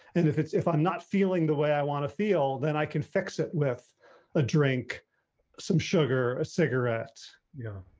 and if it's if i'm not feeling the way i want to feel, then i can fix it with a drink some sugar a cigarette? yeah.